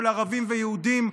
של ערבים ויהודים,